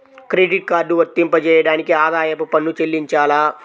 Credit card వర్తింపజేయడానికి ఆదాయపు పన్ను చెల్లించాలా?